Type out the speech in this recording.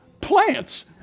Plants